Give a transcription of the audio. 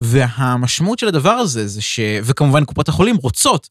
והמשמעות של הדבר הזה זה ש... וכמובן קופות החולים רוצות.